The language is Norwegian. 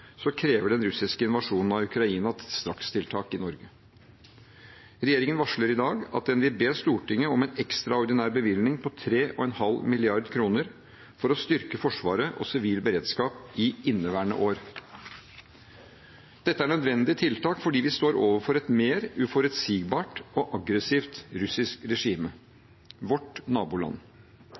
krever den russiske invasjonen av Ukraina strakstiltak i Norge. Regjeringen varsler i dag at den vil be Stortinget om en ekstraordinær bevilgning på 3,5 mrd. kr for å styrke Forsvaret og sivil beredskap i inneværende år. Dette er nødvendige tiltak fordi vi står overfor et mer uforutsigbart og aggressivt russisk regime – vårt naboland.